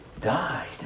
died